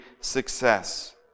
success